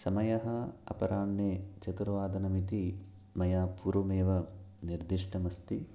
समयः अपराह्णे चतुर्वादनमिति मया पूर्वमेव निर्दिष्टमस्ति